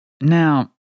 Now